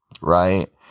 Right